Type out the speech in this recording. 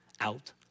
out